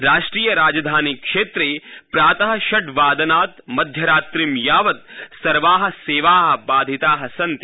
राष्ट्रिय राजधानीक्षेत्रे प्रातः षड् वादनात् मध्यरात्रि यावत् सर्वाः सेवाः सबाधिताः सन्ति